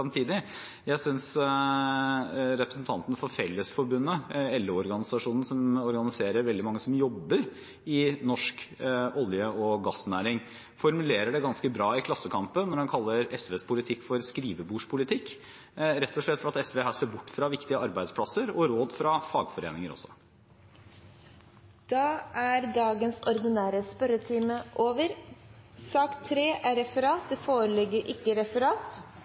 norsk olje- og gassnæring, formulerer det ganske bra i Klassekampen når han kaller SVs politikk for skrivebordspolitikk – rett og slett fordi SV her ser bort fra viktige arbeidsplasser og også råd fra fagforeninger. Da er sak nr. 2, dagens ordinære spørretime, over. Det foreligger ikke noe referat.